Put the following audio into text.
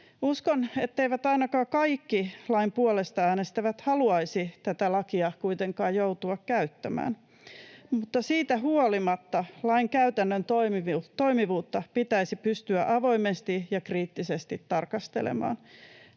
Uskon, etteivät ainakaan kaikki lain puolesta äänestävät haluaisi tätä lakia kuitenkaan joutua käyttämään, [Sari Tanus: Eihän kukaan!] mutta siitä huolimatta lain käytännön toimivuutta pitäisi pystyä avoimesti ja kriittisesti tarkastelemaan.